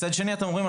מצד שני אתם אומרים,